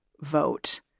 vote